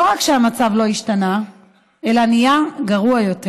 לא רק שהמצב לא השתנה אלא נהיה גרוע יותר.